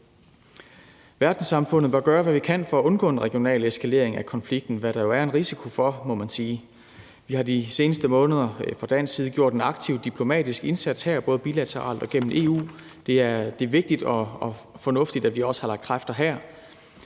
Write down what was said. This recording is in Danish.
Verdenssamfundet bør gøre, hvad det kan for at undgå en regional eskalering af konflikten, hvad der jo er en risiko for, må man sige. Vi har de seneste måneder fra dansk side gjort en aktiv diplomatisk indsats både bilateralt og gennem EU. Det er vigtigt og fornuftigt, at vi også har lagt kræfter her.